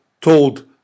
told